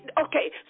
okay